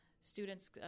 students